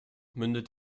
mündet